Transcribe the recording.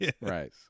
right